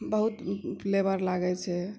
बहुत लेबर लागै छै